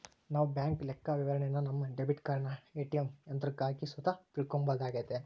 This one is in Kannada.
ನಾವು ಬ್ಯಾಂಕ್ ಲೆಕ್ಕವಿವರಣೆನ ನಮ್ಮ ಡೆಬಿಟ್ ಕಾರ್ಡನ ಏ.ಟಿ.ಎಮ್ ಯಂತ್ರುಕ್ಕ ಹಾಕಿ ಸುತ ತಿಳ್ಕಂಬೋದಾಗೆತೆ